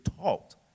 taught